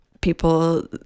people